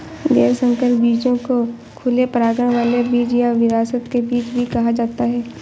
गैर संकर बीजों को खुले परागण वाले बीज या विरासत के बीज भी कहा जाता है